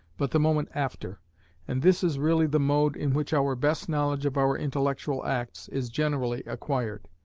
but the moment after and this is really the mode in which our best knowledge of our intellectual acts is generally acquired.